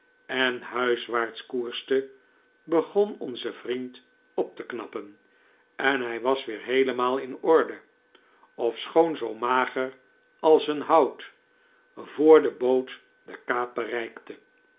en huiswaarts koerste begon onze vriend op te knappen en hij was weer heelemaal in orde ofschoon zoo mager als een hout voor de boot de kaap bereikte